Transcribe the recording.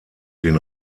den